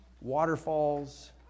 waterfalls